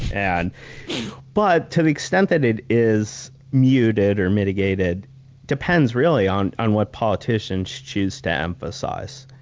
and but to the extent that it is muted or mitigated depends really on on what politicians choose to emphasize.